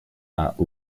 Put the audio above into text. not